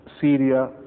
Syria